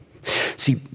See